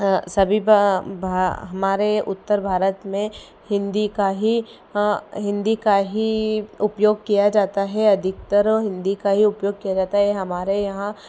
सभी हमारे उत्तर भारत में हिंदी का ही हिंदी का ही उपयोग किया जाता है अधिकतर हिंदी का ही उपयोग किया जाता है हमारे यहाँ